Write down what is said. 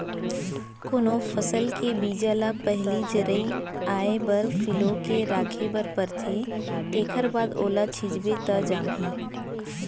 कोनो फसल के बीजा ल पहिली जरई आए बर फिलो के राखे बर परथे तेखर बाद ओला छिंचबे त जामही